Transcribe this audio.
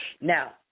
Now